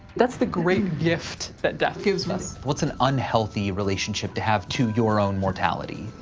that's the great gift that death gives us. what's an unhealthy relationship to have to your own mortality?